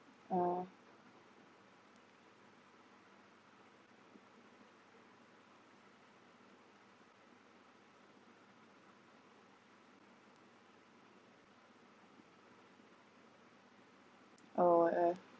oh err